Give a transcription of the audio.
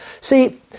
See